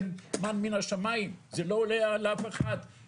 זה מן מן השמיים, זה לא עולה לאף אחד.